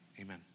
Amen